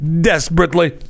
desperately